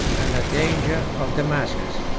and the danger of damascus.